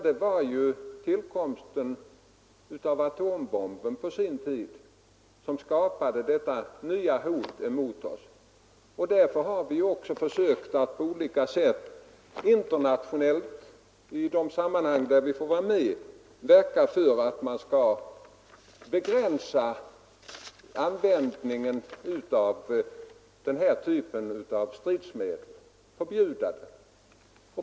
Det var tillkomsten av atombomben som skapade detta nya hot mot oss. Därför har vi också på olika sätt försökt att i de internationella sammanhang där vi får vara med verka för att man skall förbjuda användningen av den här typen av stridsmedel.